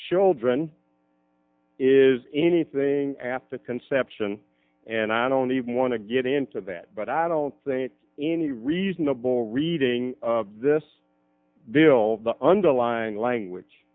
children is anything after conception and i don't even want to get into that but i don't think any reasonable reading this bill the underlying language